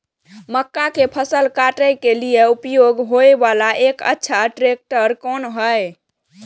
मक्का के फसल काटय के लिए उपयोग होय वाला एक अच्छा ट्रैक्टर कोन हय?